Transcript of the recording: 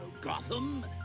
Gotham